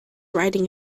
riding